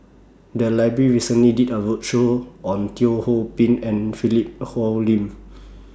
The Library recently did A roadshow on Teo Ho Pin and Philip Hoalim